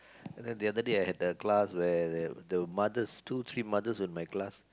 and then the other day I had the class where the the mothers two three mothers were in my class